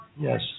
Yes